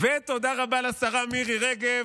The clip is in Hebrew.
ותודה רבה לשרה מירי רגב,